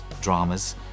dramas